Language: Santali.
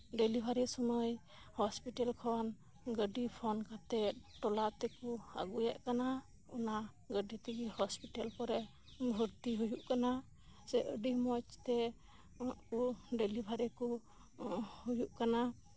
ᱰᱮᱞᱤᱵᱷᱟᱨᱤ ᱥᱳᱢᱳᱭ ᱦᱚᱥᱯᱤᱴᱮᱞ ᱠᱷᱚᱱ ᱜᱟᱰᱤ ᱯᱷᱳᱱ ᱠᱟᱛᱮᱫ ᱴᱚᱞᱟ ᱴᱚᱞᱟ ᱛᱮᱠᱚ ᱟᱜᱩᱭᱮᱫ ᱠᱟᱱᱟ ᱚᱱᱟ ᱜᱟᱰᱤᱛᱮᱜᱮ ᱦᱚᱥᱯᱤᱴᱮᱞ ᱠᱚᱨᱮ ᱵᱷᱚᱨᱛᱤ ᱦᱳᱭᱳᱜ ᱠᱟᱱᱟ ᱥᱮ ᱟᱰᱤ ᱢᱚᱸᱡᱽ ᱛᱮ ᱩᱱᱠᱩ ᱰᱮᱞᱤᱵᱷᱟᱨᱤ ᱠᱚ ᱦᱳᱭᱳᱜ ᱠᱟᱱᱟ